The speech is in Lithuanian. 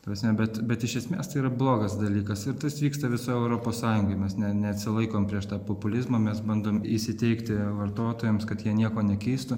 ta prasme bet bet iš esmės tai yra blogas dalykas ir tas vyksta visoj europos sąjungoj mes ne neatsilaikom prieš tą populizmą mes bandom įsiteikti vartotojams kad jie nieko nekeistų